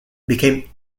became